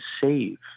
save